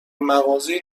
مغازه